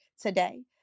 today